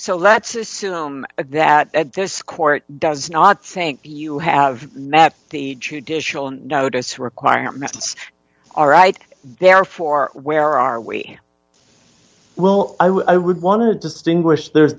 so let's assume that this court does not think you have met the judicial notice requirements are right therefore where are we well i would want to distinguish there's